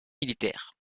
militaire